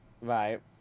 Right